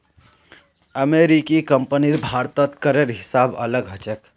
अमेरिकी कंपनीर भारतत करेर हिसाब अलग ह छेक